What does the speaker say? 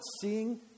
seeing